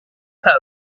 poem